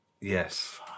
Yes